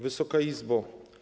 Wysoka Izbo!